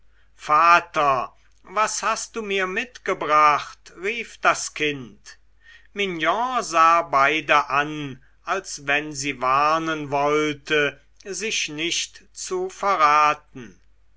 vater was hast du mir mitgebracht rief das kind mignon sah beide an als wenn sie warnen wollte sich nicht zu verraten